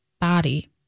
body